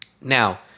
Now